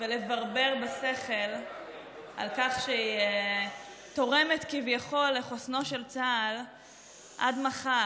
ולברבר בשכל על כך שהיא תורמת כביכול לחוסנו של צה"ל עד מחר.